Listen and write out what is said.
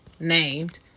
named